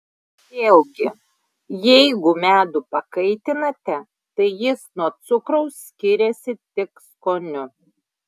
vėlgi jeigu medų pakaitinate tai jis nuo cukraus skiriasi tik skoniu